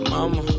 Mama